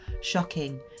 shocking